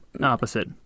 opposite